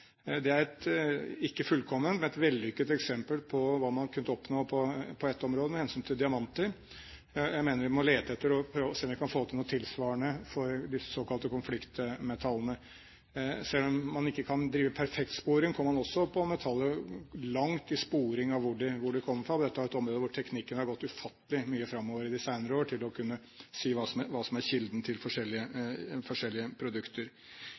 Det er et ikke-fullkomment, men vellykket eksempel på hva man har oppnådd på et område med hensyn til diamanter. Jeg mener man må lete etter og prøve å få til noe tilsvarende for de såkalte konfliktmetallene. Selv om man ikke kan drive perfekt sporing, kommer man også når det gjelder metaller, langt i sporing av hvor de kommer fra. Dette er et område hvor teknikken har gått ufattelig mye framover i de senere år når det gjelder å si hva som er kilden til forskjellige produkter.